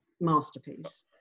masterpiece